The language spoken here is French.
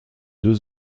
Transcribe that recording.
deux